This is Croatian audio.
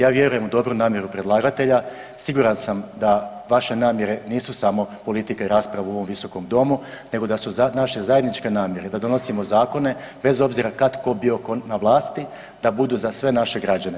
Ja vjerujem u dobru namjeru predlagatelja, siguran sam da vaše namjere nisu samo politika i rasprava u ovom Visokom domu nego da su naše zajedničke namjere da donosimo zakone bez obzira kad tko bio na vlasti da budu za sve naše građane.